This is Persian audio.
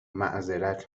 معذرت